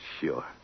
Sure